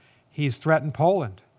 he's threatened poland.